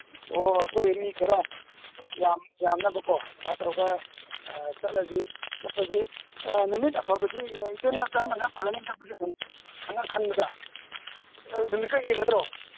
ꯑꯣ ꯑꯩꯈꯣꯏ ꯃꯤ ꯈꯔ ꯌꯥꯝꯅꯕꯀꯣ ꯑꯗꯨꯃꯥꯏꯅ ꯇꯧꯔꯒ ꯆꯠꯂꯁꯤ ꯆꯠꯄꯁꯤ ꯅꯨꯃꯤꯠ ꯑꯐꯕꯁꯤ ꯏꯇꯩꯃ ꯀꯔꯝꯕꯅ ꯐꯒꯅꯤ ꯆꯠꯄꯁꯦ ꯁꯨꯝ ꯈꯟꯕꯗ ꯅꯨꯃꯤꯠꯀ ꯌꯦꯡꯒꯗ꯭ꯔꯣ